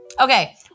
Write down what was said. Okay